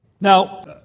Now